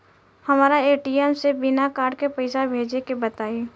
हमरा ए.टी.एम से बिना कार्ड के पईसा भेजे के बताई?